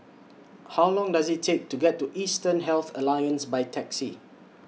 How Long Does IT Take to get to Eastern Health Alliance By Taxi